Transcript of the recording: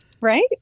Right